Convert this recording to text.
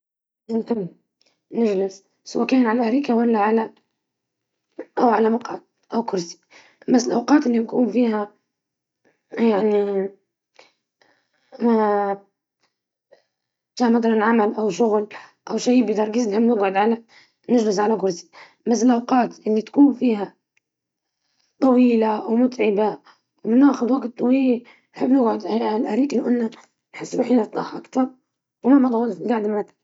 أفضل الجلوس على الأرائك، لأنها توفر لي الراحة والاسترخاء، أشعر بأنها أكثر راحة من الكراسي أو الأرض.